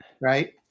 Right